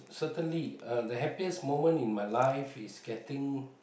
certainly uh the happiest moment in my life is getting